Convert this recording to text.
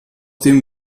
dem